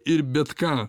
ir bet ką